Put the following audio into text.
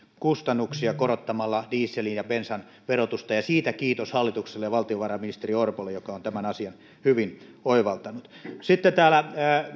kustannuksia korottamalla dieselin ja bensan verotusta ja siitä kiitos hallitukselle ja valtiovarainministeri orpolle joka on tämän asian hyvin oivaltanut sitten täällä